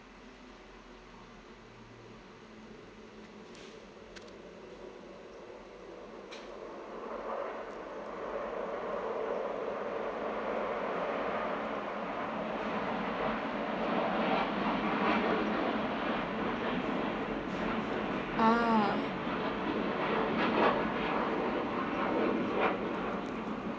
ah